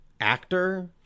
actor